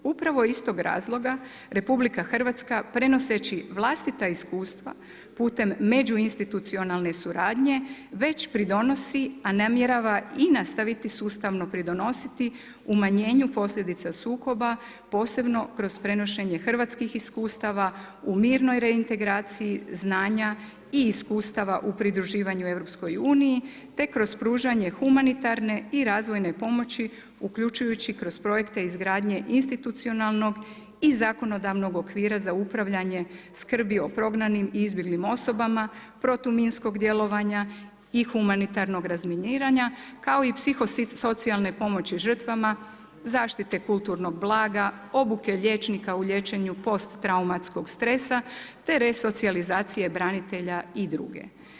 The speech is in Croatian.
Upravo iz tog razloga RH prenoseći vlastita iskustva putem međuinstitucionalne suradnje već pridonosi a namjerava i nastaviti sustavno pridonositi umanjenju posljedica sukoba posebno kroz prenošenje hrvatskih iskustava u mirnoj reintegraciji znanja i iskustava u pridruživanju EU te kroz pružanje humanitarne i razvojne pomoći uključujući kroz projekte izgradnje institucionalnog i zakonodavnog okvira za upravljanje skrbi o prognanim i izbjeglim osobama protuminskog djelovanja i humanitarnog razminiranja kao i psihosocijalne pomoći žrtvama, zaštite kulturnog blaga, obuke liječnika u liječenju posttraumatskog stresa te resocijalizacije branitelja i druge.